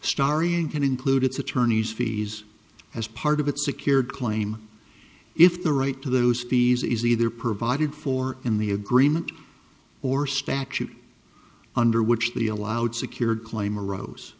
starring can include its attorneys fees as part of its secured claim if the right to those fees is either provided for in the agreement or statute under which they allowed secured claim arose